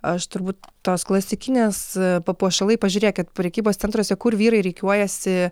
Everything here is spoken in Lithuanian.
aš turbūt tos klasikinės papuošalai pažiūrėkit prekybos centruose kur vyrai rikiuojasi